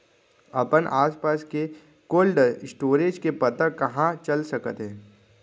अपन आसपास के कोल्ड स्टोरेज के पता कहाँ चल सकत हे?